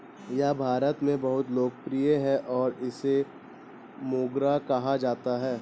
यह भारत में बहुत लोकप्रिय है और इसे मोगरा कहा जाता है